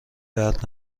درد